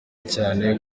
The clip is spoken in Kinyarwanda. cyane